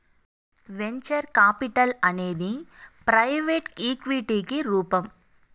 venture capital అనేది private ఈక్విటికి రూపం